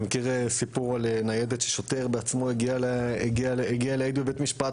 אני מכיר סיפור על ניידת ששוטר בעצמו הגיע להעיד בבית משפט